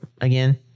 again